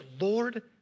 Lord